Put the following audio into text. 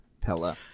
Pella